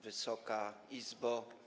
Wysoka Izbo!